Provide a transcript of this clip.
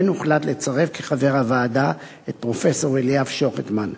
כן הוחלט לצרף כחבר הוועדה את פרופסור אליאב שוחטמן.